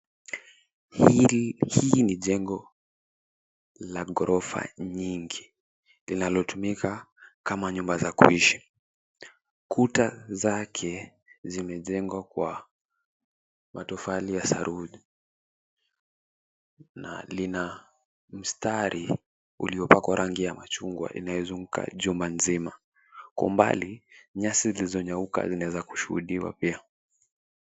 Hili ni jengo la ghorofa nyingi linalotumika kama nyumba za kuishi. Kuta zake zimejengwa kwa matofali ya sarufi na lina mstari uliopakwa rangi ya machungwa inayozunguka jumba nzima. Kwa mbali nyasi zilizonyauka zinaweza kushuhudiwa pia.